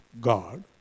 God